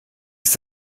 ist